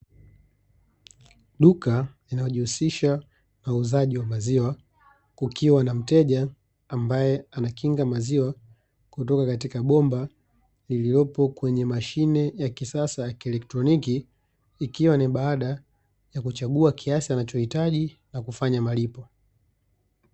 Duka linalojihusisha na uuzaji wa maziwa, kukiwa na mteja ambaye anakinga maziwa kutoka katika bomba lililopo kwenye mashine ya kisasa ya kieletroniki ikiwa ni baada ya kuchagua kiasi anachohitaji na kufanya malipo.